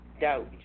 doubt